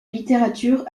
littérature